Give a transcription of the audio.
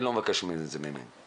אני לא מבקש את זה מהם.